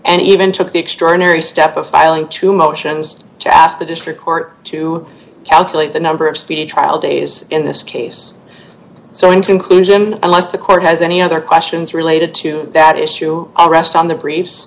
and even took the extraordinary step of filing two motions to ask the district court to calculate the number of speedy trial days in this case so in conclusion unless the court has any other questions related to that issue i'll rest on the br